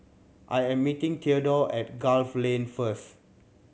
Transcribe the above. I am meeting Theadore at Gul Lane first